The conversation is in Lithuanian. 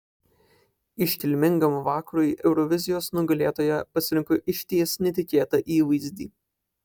iškilmingam vakarui eurovizijos nugalėtoja pasirinko išties netikėtą įvaizdį